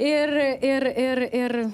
ir ir ir ir